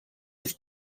with